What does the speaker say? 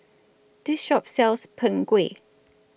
This Shop sells Png Kueh